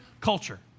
culture